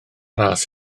ras